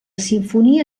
simfonia